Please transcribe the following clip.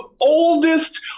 oldest